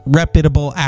reputable